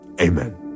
amen